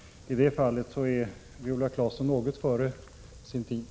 I det fallet är således Viola Claesson något före sin tid.